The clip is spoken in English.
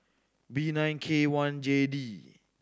B nine K one J D